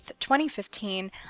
2015